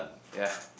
ya